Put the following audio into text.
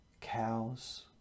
cows